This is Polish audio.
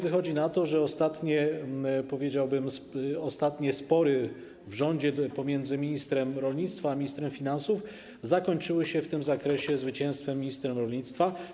Wychodzi na to, że ostatnie, powiedziałbym, spory w rządzie pomiędzy ministrem rolnictwa a ministrem finansów zakończyły się w tym zakresie zwycięstwem ministra rolnictwa.